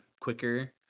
quicker